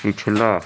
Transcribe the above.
پچھلا